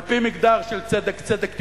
על-פי מגדר של צדק צדק תרדוף,